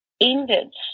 ended